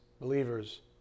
believers